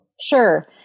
Sure